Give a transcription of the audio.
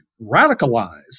radicalize